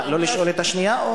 לא לשאול את השנייה?